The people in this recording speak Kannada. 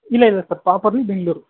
ಇಲ್ಲ ಇಲ್ಲ ಸರ್ ಪ್ರಾಪರ್ಲಿ ಬೆಂಗಳೂರು